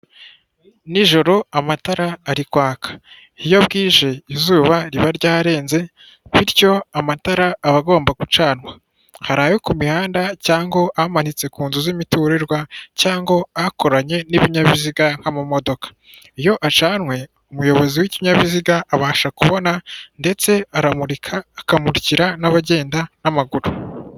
Nijoro amatara ari kwaka, iyo bwije izuba riba ryarenze bityo amatara aba agomba gucanwa, hari ayo ku mihanda cyangwa ahamanitse ku nzu z'imiturirwa cyango akoranye n'ibinyabiziga nk'amamodoka, iyo acanwe umuyobozi w'ikinyabiziga abasha kubona ndetse aramurika akamurikira n'abagenda n'amaguru.